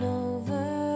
over